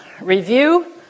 review